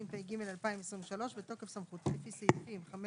התשפ"ג-2023 בתוקף סמכותי לפי סעיפים 5,